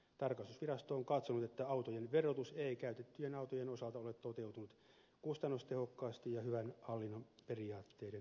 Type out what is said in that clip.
tarkastusvirasto on katsonut että autojen verotus ei käytettyjen autojen osalta ole toteutunut kustannustehokkaasti ja hyvän hallinnon periaatteiden mukaisesti